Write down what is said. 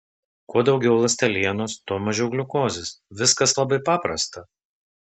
kuo daugiau ląstelienos tuo mažiau gliukozės viskas labai paprasta